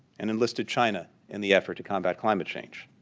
and enlisted china in the effort to combat climate change.